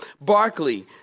Barclay